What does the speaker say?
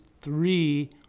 three